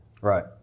Right